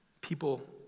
People